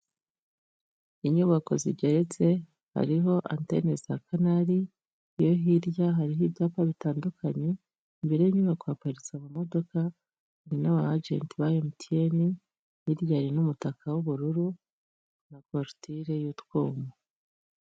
Inyubako zigeretse hariho antene za Kanari, iyo hirya hariho ibyapa bitandukanye, imbere y'inyubako haparitse amamodoka ndetse n'abajenti ba MTN, hirya hari n'umutaka w'ubururu na korutire y'utwuma.